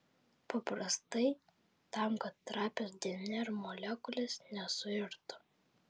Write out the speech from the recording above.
paprastai tam kad trapios dnr molekulės nesuirtų